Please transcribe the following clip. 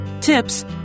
tips